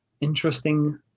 interesting